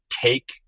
take